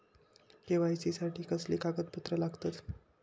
KYC साठी कसली कागदपत्र लागतत?